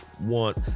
want